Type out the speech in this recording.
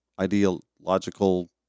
ideological